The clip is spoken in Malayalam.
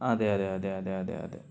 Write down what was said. ആ അതേയതേയതേയതേയതേ